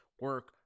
Work